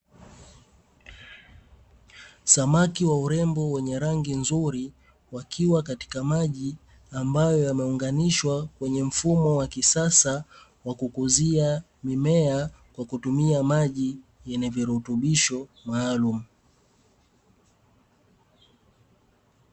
Samaki wa urembo wenye rangi nzuri wakiwa katika maji ambayo yameunganishwa kwenye mfumo wa kisasa wa kukuzia mimea kwa kutumia maji yenye virutubisho maalumu.